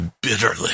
bitterly